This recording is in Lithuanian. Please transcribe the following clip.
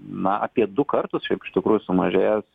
na apie du kartus šiaip iš tikrųjų sumažėjęs